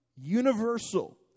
universal